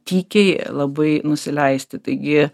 tykiai labai nusileisti taigi